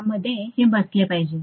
त्या मध्ये बसले पाहिजे